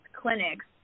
clinics